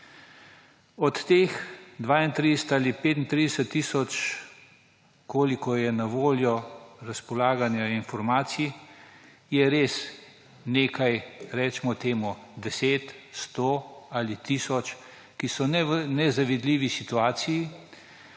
Od teh 32 ali 35 tisoč, kolikor je na voljo, razpolaganje informacij, je res nekaj, recimo temu deset, sto ali tisoč, ki so v nezavidljivi situaciji,